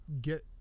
get